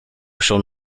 schon